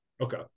Okay